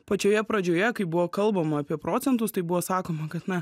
pačioje pradžioje kai buvo kalbama apie procentus tai buvo sakoma kad na